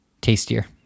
tastier